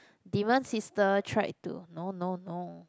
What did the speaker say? demon sister tried to no no no